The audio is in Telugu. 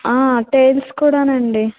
టైల్స్ కూడానండి